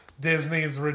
Disney's